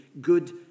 good